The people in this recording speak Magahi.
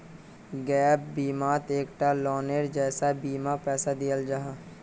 गैप बिमात एक टा लोअनेर जैसा बीमार पैसा दियाल जाहा